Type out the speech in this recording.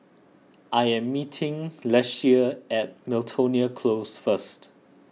I am meeting Leshia at Miltonia Close first